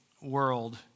world